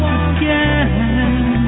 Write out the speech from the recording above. again